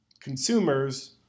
Consumers